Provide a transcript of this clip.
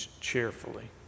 cheerfully